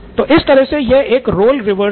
तो इस तरह से यह एक रोल रिवेर्सल